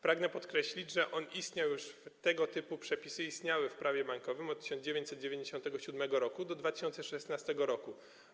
Pragnę podkreślić, że on istniał już, tego typu przepisy istniały już w Prawie bankowym od 1997 r. do 2016 r.